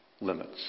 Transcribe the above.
limits